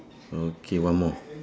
okay one more